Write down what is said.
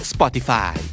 Spotify